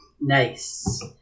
Nice